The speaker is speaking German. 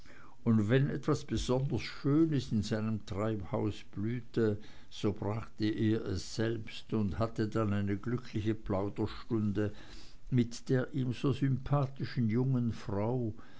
und wenn etwas besonders schönes in seinem treibhaus blühte so brachte er es selbst und hatte dann eine glückliche plauderstunde mit der ihm so sympathischen jungen frau